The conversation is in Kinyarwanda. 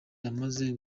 yamaze